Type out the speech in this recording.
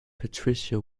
patricia